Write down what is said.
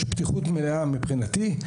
יש פתיחות מלאה מבחינתי,